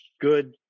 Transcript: Good